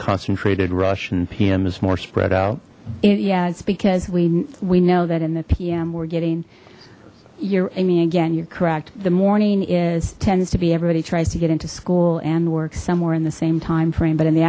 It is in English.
concentrated rush and pm is more spread out yeah it's because we we know that in the p m we're getting you're a me again you're correct the morning is tends to be everybody tries to get into school and work somewhere in the same timeframe but in the